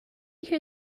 hear